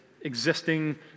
existing